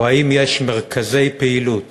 או שיש מרכזי פעילות